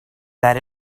that